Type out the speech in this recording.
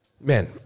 man